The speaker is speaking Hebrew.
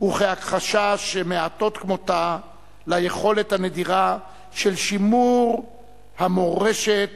וכהמחשה שמעטות כמותה ליכולת הנדירה של שימור המורשת